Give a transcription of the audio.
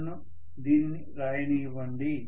నన్ను దీనిని రాయనివ్వండి